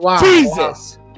Jesus